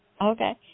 Okay